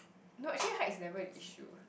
no actually height is never an issue